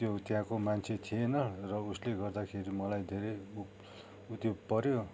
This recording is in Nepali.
त्यो त्यहाँको मान्छे थिएन र उसले गर्दाखेरि मलाई धेरै उ त्यो पऱ्यो